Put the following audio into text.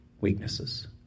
weaknesses